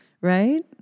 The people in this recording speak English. right